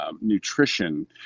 Nutrition